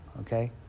okay